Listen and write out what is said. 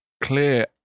clear